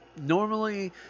normally